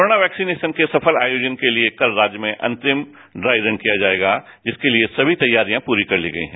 corona vaccination के सफल आयोजन के लिये कल राज्य में अन्तिम ड्राई रन किया जाएगा जिसके लिए समी तैयारियां पूरी कर ली गई है